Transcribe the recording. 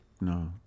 No